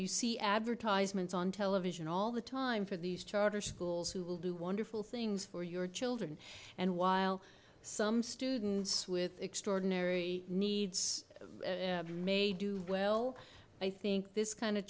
you see advertisements on television all the time for these charter schools who will do wonderful things for your children and while some students with extraordinary needs may do well i think this kind of